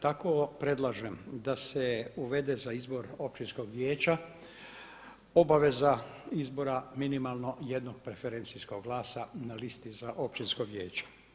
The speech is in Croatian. Tako predlažem da se uvede za izbor općinskog vijeća obaveza izbora minimalno jednog preferencijskog glasa na listi za općinsko vijeće.